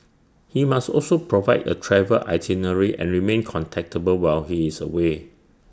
he must also provide A travel itinerary and remain contactable while he is away